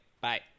Bye